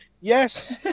yes